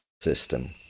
system